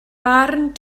barn